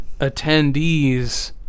attendees